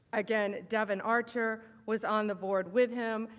again devon archer was on the board with him,